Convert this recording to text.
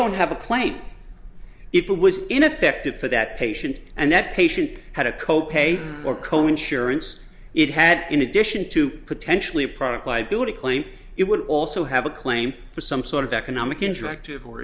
don't have a claim if it was ineffective for that patient and that patient had a co pay or co insurance it had in addition to potentially product liability claims it would also have a claim for some sort of economic injective or